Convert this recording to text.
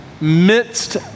midst